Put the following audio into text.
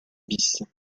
bis